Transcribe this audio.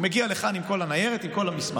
הוא מגיע לכאן עם כל הניירת, עם כל המסמכים,